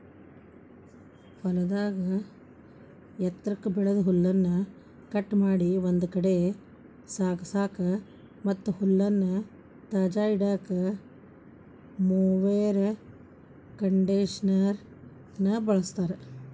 ಹೊಲದಾಗ ಎತ್ರಕ್ಕ್ ಬೆಳದ ಹುಲ್ಲನ್ನ ಕಟ್ ಮಾಡಿ ಒಂದ್ ಕಡೆ ಸಾಗಸಾಕ ಮತ್ತ್ ಹುಲ್ಲನ್ನ ತಾಜಾ ಇಡಾಕ ಮೊವೆರ್ ಕಂಡೇಷನರ್ ನ ಬಳಸ್ತಾರ